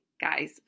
guys